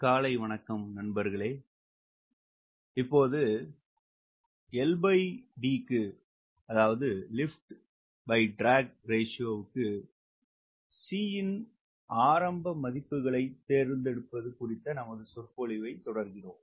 காலை வணக்கம் நண்பர்களே 'LD' க்கு 'C' இன் ஆரம்ப மதிப்புகளைத் தேர்ந்தெடுப்பது குறித்த நமது சொற்பொழிவைத் தொடர்கிறோம்